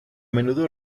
menudo